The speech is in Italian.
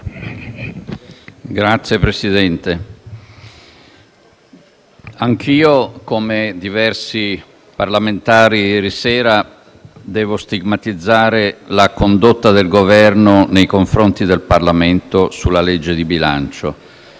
Signor Presidente, anch'io, come diversi parlamentari ieri sera, devo stigmatizzare la condotta del Governo nei confronti del Parlamento sulla legge di bilancio.